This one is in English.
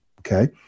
okay